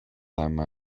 time